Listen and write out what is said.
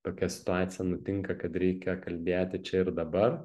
tokia situacija nutinka kad reikia kalbėti čia ir dabar